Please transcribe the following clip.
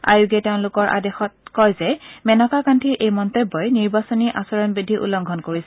আয়োগে তেওঁলোকৰ আদেশত কয় যে মেনকা গান্ধীৰ এই মন্তব্যই নিৰ্বাচনী আচৰণ বিধি উলংঘন কৰিছে